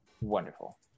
Wonderful